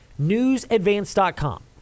newsadvance.com